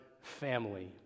family